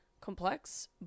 complex